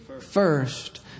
first